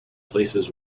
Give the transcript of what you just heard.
places